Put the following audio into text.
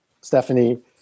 Stephanie